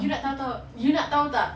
you nak tahu tahu you tahu tak